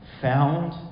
found